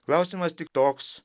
klausimas tik toks